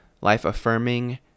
life-affirming